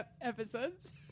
Episodes